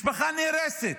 משפחה נהרסת.